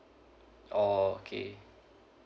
oh okay